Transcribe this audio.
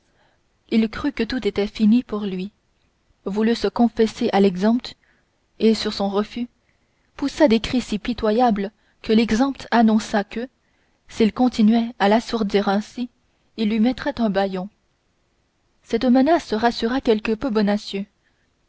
il crut que tout était fini pour lui voulut se confesser à l'exempt et sur son refus poussa des cris si pitoyables que l'exempt annonça que s'il continuait à l'assourdir ainsi il lui mettrait un bâillon cette menace rassura quelque peu bonacieux